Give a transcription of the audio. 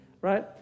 right